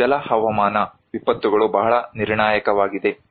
ಜಲ ಹವಾಮಾನ ವಿಪತ್ತುಗಳು ಬಹಳ ನಿರ್ಣಾಯಕವಾಗಿದೆ